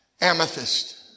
Amethyst